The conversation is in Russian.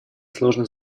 сложных